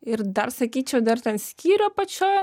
ir dar sakyčiau dar ten skyrių apačioj